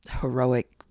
heroic